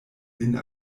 lin